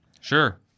Sure